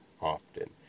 often